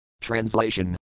Translation